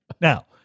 Now